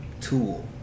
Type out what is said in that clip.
tool